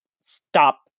stop